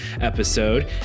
episode